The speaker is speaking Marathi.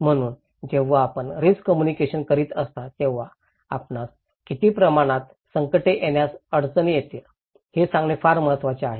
म्हणून जेव्हा आपण रिस्क कम्युनिकेशन करीत असता तेव्हा आपणास किती प्रमाणात संकटे येण्यास अडचणी येतील हे सांगणे फार महत्वाचे आहे